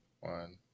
one